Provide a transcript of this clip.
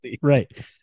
Right